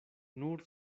nur